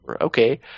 okay